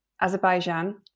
Azerbaijan